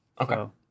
Okay